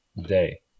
day